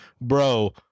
bro